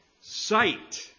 sight